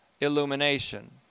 illumination